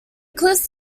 cliffs